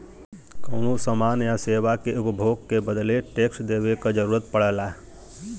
कउनो समान या सेवा के उपभोग के बदले टैक्स देवे क जरुरत पड़ला